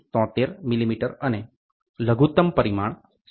8973 millimetre અને લઘુત્તમ પરિમાણ 57